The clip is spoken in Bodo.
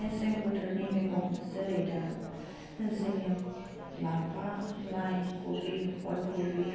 मेसें बोथोरनि मेगं जेरै दा जोंनियाव लाफा लाइ खबि फुलखबि